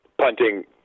Punting